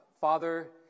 Father